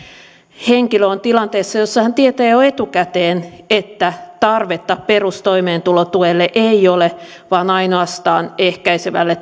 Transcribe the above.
henkilö on tilanteessa jossa hän tietää jo etukäteen että tarvetta perustoimeentulotuelle ei ole vaan ainoastaan ehkäisevälle